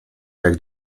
jak